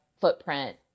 footprint